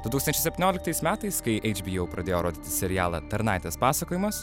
du tūkstančiai septynioliktais metais kai hbo pradėjo rodyti serialą tarnaitės pasakojimas